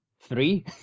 Three